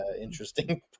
interesting